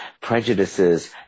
prejudices